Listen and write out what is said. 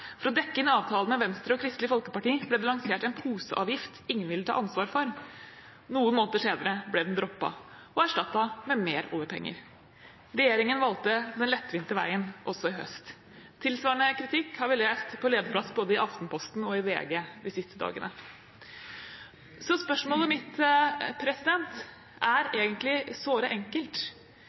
For å dekke inn avtalen med Venstre og Kristelig Folkeparti, ble det lansert en poseavgift ingen ville ta ansvar for. Noen måneder senere ble den droppet. Og erstattet med mer oljepenger. Regjeringen valgte den lettvinte veien også i høst.» Tilsvarende kritikk har vi lest på lederplass både i Aftenposten og i VG de siste dagene. Mitt spørsmål er egentlig såre enkelt: